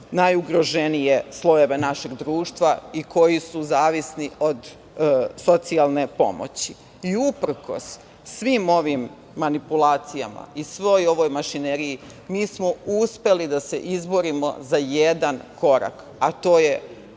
najugroženije slojeve našeg društva i koji su zavisni od socijalne pomoći. I uprkos svim ovim manipulacijama i svoj ovoj mašineriji, mi smo uspeli da se izborimo za jedan korak, a to je